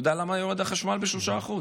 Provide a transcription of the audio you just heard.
אתה יודע למה יורד החשמל ב-3%?